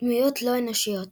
דמויות לא אנושיות